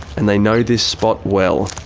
and they know this spot well.